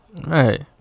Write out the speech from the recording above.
Right